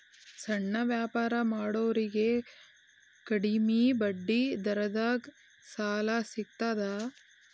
ಸಣ್ಣ ವ್ಯಾಪಾರ ಮಾಡೋರಿಗೆ ಕಡಿಮಿ ಬಡ್ಡಿ ದರದಾಗ್ ಸಾಲಾ ಸಿಗ್ತದಾ?